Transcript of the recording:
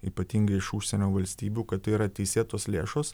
ypatingai iš užsienio valstybių kad yra teisėtos lėšos